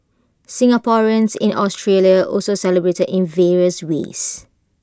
Singaporeans in Australia also celebrated in various ways